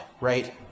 right